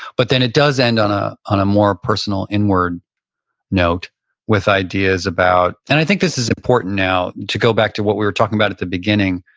but then it does end on ah on a more personal inward note with ideas about, and i think this is important now to go back to what we were talking about at the beginning.